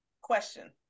question